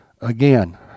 Again